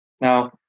Now